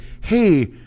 hey